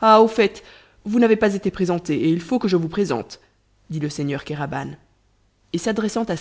ah au fait vous n'avez pas été présenté et il faut que je vous présente dit le seigneur kéraban et s'adressant à